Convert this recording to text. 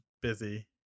busy